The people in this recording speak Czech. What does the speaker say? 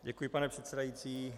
Děkuji, pane předsedající.